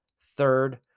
Third